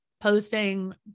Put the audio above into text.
posting